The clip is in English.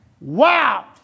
Wow